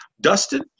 Dustin